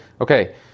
okay